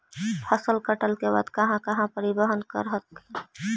फसल कटल के बाद कहा कहा परिबहन कर हखिन?